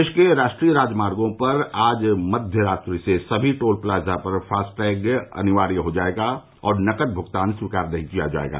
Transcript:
देश के राष्ट्रीय राजमार्गों पर आज मध्य रात्रि से सभी टोल प्लाजा पर फास्टैग अनिवार्य हो जाएगा और नकद भुगतान स्वीकार नहीं किया जाएगा